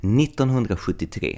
1973